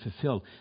fulfilled